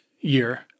year